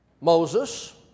Moses